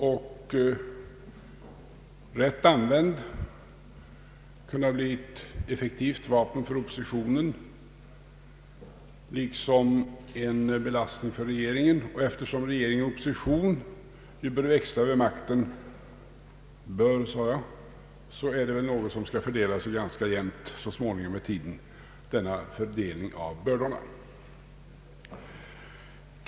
Rätt använt kan institutet bli ett effektivt vapen för oppositionen liksom en belastning för regeringen. Eftersom regering och opposition bör växla — jag sade bör — kommer väl detta så småningom att fördela sig ganska jämnt.